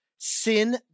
Sin